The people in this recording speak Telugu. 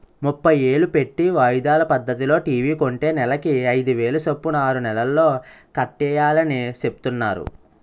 ముప్పై ఏలు పెట్టి వాయిదాల పద్దతిలో టీ.వి కొంటే నెలకి అయిదేలు సొప్పున ఆరు నెలల్లో కట్టియాలని సెప్తున్నారు